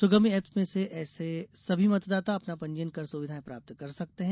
सुगम्य app में ऐसे सभी मतदाता अपना पंजीयन कर सुविधाएं प्राप्त कर सकते हैं